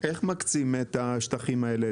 איך מקצים את השטחים האלה?